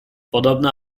podobno